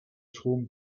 town